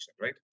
right